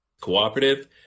Cooperative